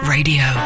Radio